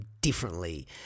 differently